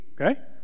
Okay